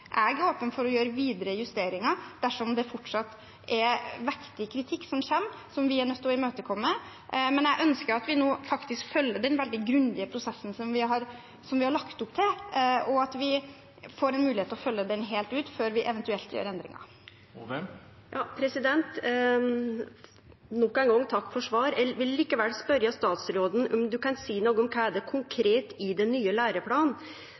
jeg er åpen for å gjøre videre justeringer dersom det fortsatt er vektig kritikk som kommer, som vi er nødt til å imøtekomme. Men jeg ønsker at vi nå følger den veldig grundige prosessen som vi har lagt opp til, og at vi får en mulighet til å følge den helt ut før vi eventuelt gjør endringer. Nok ein gong takk for svar. Eg vil likevel spørje statsråden om ho kan seie noko om kva det er konkret i den nye læreplanen